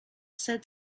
said